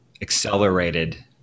accelerated